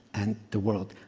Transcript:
and the world.